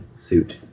suit